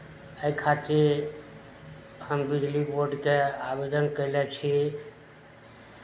एहि खातिर हम बिजली बोर्डकेँ आवेदन कयने छी